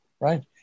right